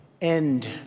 end